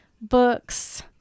Books